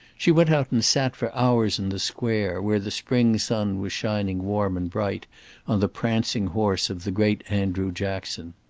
she went out and sat for hours in the square, where the spring sun was shining warm and bright on the prancing horse of the great andrew jackson.